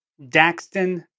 Daxton